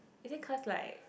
is it cause like